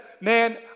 man